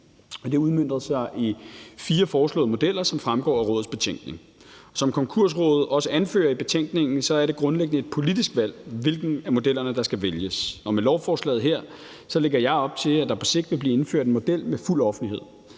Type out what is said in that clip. har udmøntet sig i fire foreslåede modeller, som fremgår af rådets betænkning. Som Konkursrådet også anfører i betænkningen, er det grundlæggende et politisk valg, hvilken af modellerne der skal vælges. Og med lovforslaget her lægger jeg op til, at der på sigt vil blive indført en model med fuld offentlighed.